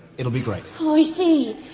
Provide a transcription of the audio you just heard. it'll be great. oh i see!